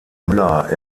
müller